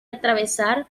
atravesar